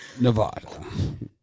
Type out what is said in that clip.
Nevada